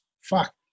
fuck